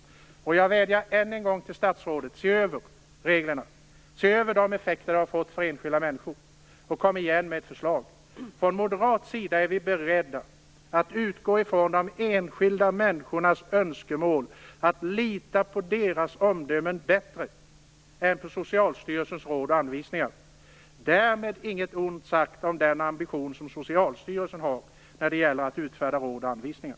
Jag vädjar än en gång till statsrådet: Se över reglerna! Se över de effekter som dessa regler har fått för enskilda människor! Kom igen med ett förslag! Från moderat sida är vi beredda att utgå från de enskilda människornas önskemål och att lita mera på deras omdöme än på Socialstyrelsens råd och anvisningar. Därmed inget ont sagt om den ambition som Socialstyrelsen har när det gäller att utfärda råd och anvisningar.